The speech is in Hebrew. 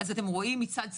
אתם רואים מצד שמאל,